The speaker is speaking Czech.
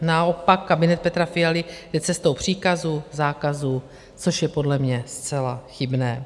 Naopak kabinet Petra Fialy jde cestou příkazů, zákazů, což je podle mě zcela chybné.